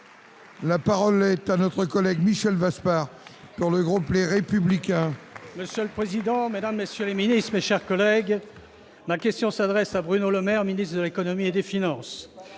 La parole est à M. Michel Vaspart, pour le groupe Les Républicains. Monsieur le président, mesdames, messieurs les ministres, mes chers collègues, ma question s'adresse à M. Bruno Le Maire, ministre de l'économie et des finances.